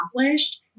accomplished